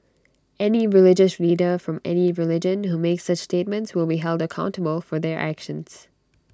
any religious leader from any religion who makes such statements will be held accountable for their actions